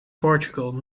portugal